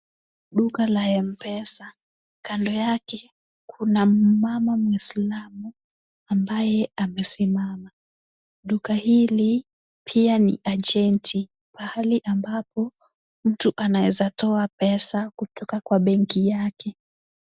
Duka la Mpesa, kando yake kuna mama muislamu ambaye amesimama, duka hili pia ni agenti, pahali ambapo mtu anaweza toa pesa kutoka kwa benki yake.